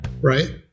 right